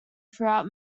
throughout